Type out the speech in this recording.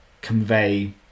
convey